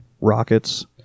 rockets